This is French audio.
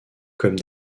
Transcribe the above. comme